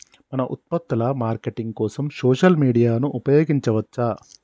మన ఉత్పత్తుల మార్కెటింగ్ కోసం సోషల్ మీడియాను ఉపయోగించవచ్చా?